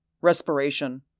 respiration